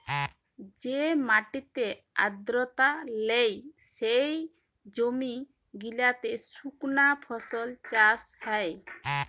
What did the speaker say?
যে মাটিতে আদ্রতা লেই, সে জমি গিলাতে সুকনা ফসল চাষ হ্যয়